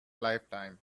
lifetime